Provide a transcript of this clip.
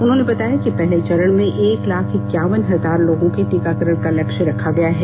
उन्होंने बताया कि पहले चरण में एक लाख इकावन हजार लोगों के टीकाकरण का लक्ष्य रखा गया है